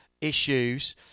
issues